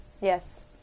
Yes